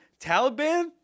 Taliban